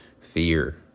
fear